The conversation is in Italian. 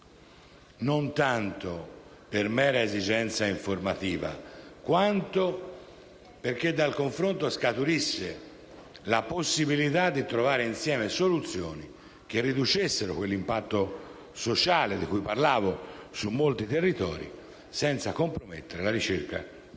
non tanto per mera esigenza informativa, quanto perché dal confronto scaturisse la possibilità di trovare insieme soluzioni che riducessero l'impatto sociale di cui ho detto su molti territori, senza compromettere la ricerca di efficienza.